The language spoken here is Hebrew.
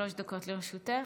שלוש דקות לרשותך.